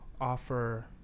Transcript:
offer